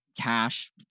cash